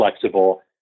flexible